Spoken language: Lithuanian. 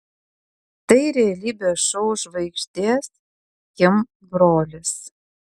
tai realybės šou žvaigždės kim brolis